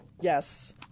Yes